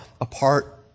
apart